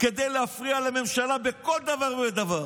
כדי להפריע לממשלה בכל דבר ודבר,